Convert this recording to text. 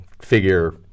figure